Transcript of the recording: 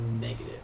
negative